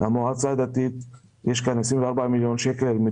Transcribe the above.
מועצה הדתית יש כאן 24 מיליון שקלים,